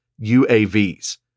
UAVs